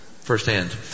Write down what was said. firsthand